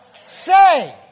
say